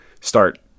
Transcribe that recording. start